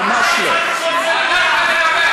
נכון, אני רוצה לומר לכם שזו לא תפארתכם.